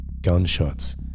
Gunshots